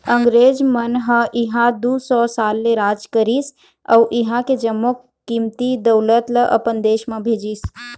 अंगरेज मन ह इहां दू सौ साल ले राज करिस अउ इहां के जम्मो कीमती दउलत ल अपन देश म भेजिस